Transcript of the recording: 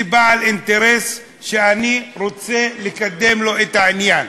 בעל אינטרס שאני רוצה לקדם לו את העניין.